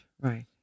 right